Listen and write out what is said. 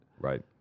Right